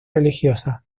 religiosas